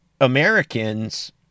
americans